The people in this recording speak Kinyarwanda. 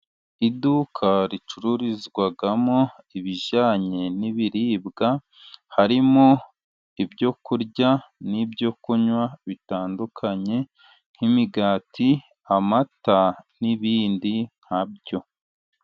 Iduka ricururizwamo ibijyanye n'ibiribwa, harimo: ibyokurya, n'ibyokunywa bitandukanye, nk'imigati, amata n'ibindi nkabyo.